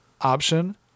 option